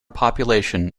population